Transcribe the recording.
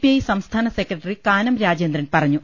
I സംസ്ഥാന secretary Kanam Rajendran പറഞ്ഞു